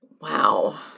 Wow